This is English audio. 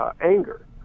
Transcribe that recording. anger